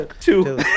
Two